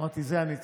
אמרתי: זה הניצחון.